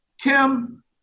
Kim